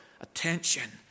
attention